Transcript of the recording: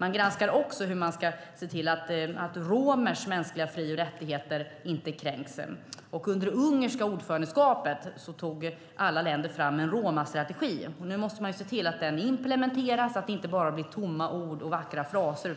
Man granskar också hur man ska se till att romers mänskliga fri och rättigheter inte kränks. Och under det ungerska ordförandeskapet tog alla länder fram en romastrategi. Nu måste man se till att den implementeras, så att det inte bara blir tomma ord och vackra fraser